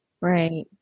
Right